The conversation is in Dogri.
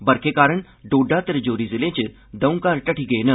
बरखें कारण डोडा ते राजौरी जिलें च दौ घर ढठी गे न